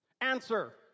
Answer